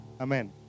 Amen